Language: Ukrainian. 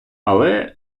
але